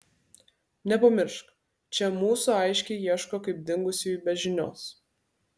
nepamiršk čia mūsų aiškiai ieško kaip dingusiųjų be žinios